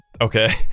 Okay